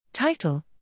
Title